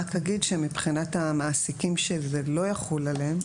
מבחינת המעסיקים שזה לא יחול עליהם,